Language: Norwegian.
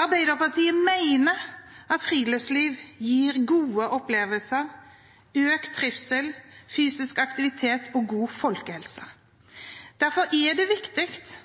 Arbeiderpartiet mener at friluftsliv gir gode opplevelser, økt trivsel, fysisk aktivitet og god folkehelse. Derfor er det viktig